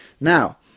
Now